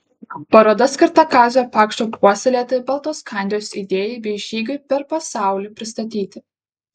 paroda skirta kazio pakšto puoselėtai baltoskandijos idėjai bei žygiui per pasaulį pristatyti